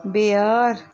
بیٛٲر